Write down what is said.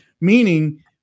meaning